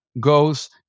goes